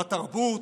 בתרבות,